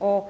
o